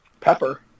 Pepper